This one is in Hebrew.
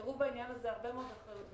הראו בעניין הזה הרבה מאוד אחריות,